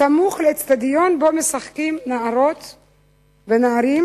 סמוך לאיצטדיון שבו משחקים נערות ונערים,